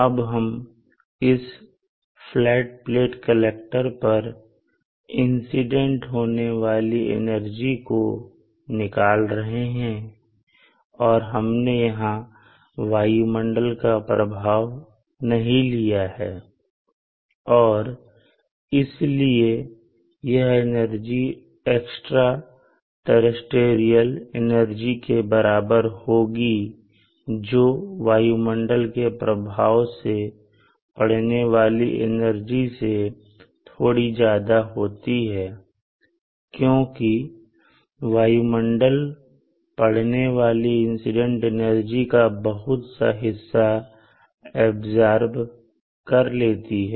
अब हम इस फ्लैट प्लेट कलेक्टर पर इंसीडेंट होने वाली एनर्जी को निकाल रहे हैं और हमने यहां वायुमंडल का प्रभाव नहीं लिया है और इसीलिए यह एनर्जी एक्स्ट्रा टेरेस्टेरियल एनर्जी के बराबर होगी जो वायुमंडल के प्रभाव से पडने वाली एनर्जी से थोड़ी ज्यादा होती है क्योंकि वायुमंडल पडने वाली इंसिडेंट एनर्जी का बहुत बड़ा हिस्सा ऐब्सॉर्ब पर लेती है